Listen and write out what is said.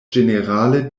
ĝenerale